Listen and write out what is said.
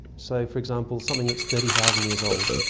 say for example something that is thirty thousand years old,